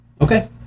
Okay